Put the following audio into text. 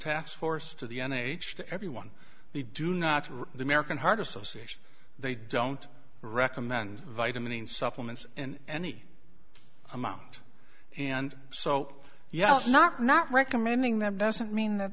task force to the n h to everyone they do not the american heart association they don't recommend vitamin supplements in any amount and so yes i'm not not recommending them doesn't mean that